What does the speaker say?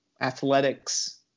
athletics